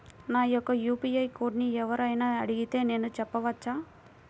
నా యొక్క యూ.పీ.ఐ కోడ్ని ఎవరు అయినా అడిగితే నేను చెప్పవచ్చా?